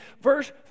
verse